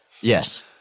Yes